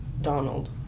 donald